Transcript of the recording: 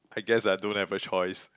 I guess I don't have a choice